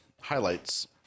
highlights